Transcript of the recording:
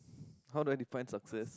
how do I define success